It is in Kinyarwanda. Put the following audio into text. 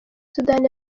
sudani